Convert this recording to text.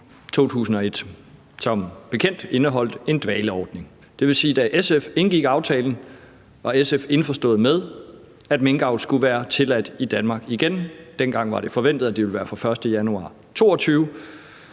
der som bekendt indeholdt en dvaleordning. Det vil sige, at da SF indgik aftalen, var SF indforstået med, at minkavl skulle være tilladt i Danmark igen. Dengang var det forventet, at det ville være fra den 1. januar 2022,